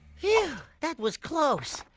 phew. that was close.